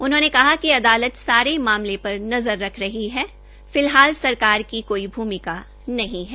उन्होंने कहा कि अदालत सारे माले पर नज़र रख रही है फिलहाल सरकार की कोई भूमिका नहीं है